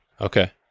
Okay